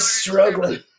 struggling